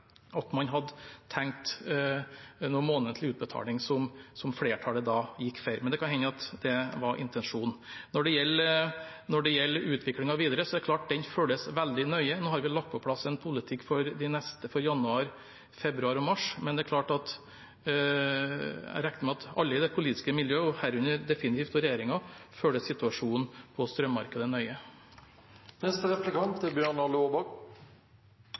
at man hadde tenkt noen månedlig utbetaling, som flertallet da gikk for, men det kan hende at det var intensjonen. Når det gjelder utviklingen videre, er det klart at den følges veldig nøye. Nå har vi lagt på plass en politikk for januar, februar og mars, men det er klart at jeg regner med at alle i det politiske miljøet, og herunder definitivt også regjeringen, følger situasjonen på strømmarkedet nøye.